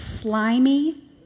slimy